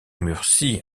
murcie